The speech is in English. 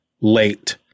late